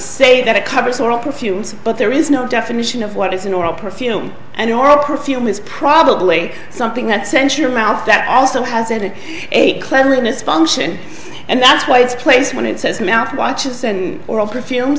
say that it covers all perfumes but there is no definition of what is an oral perfume and your perfume is probably something that century mouth that also has an eight cleanliness spawn and that's why it's place when it says mouth watches and or all perfume